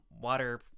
water